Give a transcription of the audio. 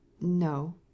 No